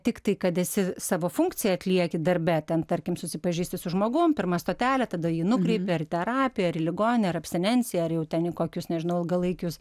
tiktai kad esi savo funkciją atlieki darbe ten tarkim susipažįsti su žmogum pirma stotelė tada jį nukreipi ar į terapiją ar į ligoninę ar abstinencijai ar jau ten į kokius nežinau ilgalaikius